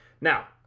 Now